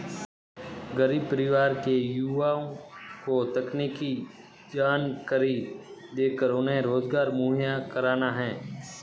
गरीब परिवार के युवा को तकनीकी जानकरी देकर उन्हें रोजगार मुहैया कराना है